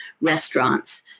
restaurants